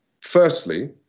firstly